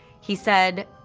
he said,